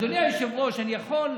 אדוני היושב-ראש, אני יכול,